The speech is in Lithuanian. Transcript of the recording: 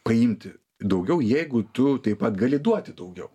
paimti daugiau jeigu tu taip pat gali duoti daugiau